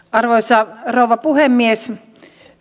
arvoisa rouva puhemies